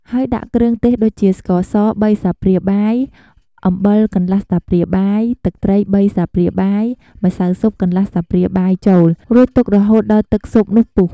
ហើយដាក់គ្រឿងទេសដូចជា ស្ករស ៣ស្លាបព្រាបាយ អំបិលកន្លះស្លាបព្រាបាយ ទឹកត្រី៣ស្លាបព្រាបាយ ម្សៅស៊ុបកន្លះស្លាបព្រាបាយចូល រួចទុករហូតដល់ទឹកស៊ុបនោះពុះ។